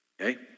okay